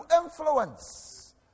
influence